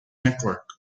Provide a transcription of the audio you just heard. network